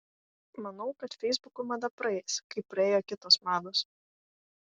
manau kad feisbukų mada praeis kaip praėjo kitos mados